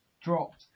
dropped